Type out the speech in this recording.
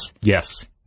Yes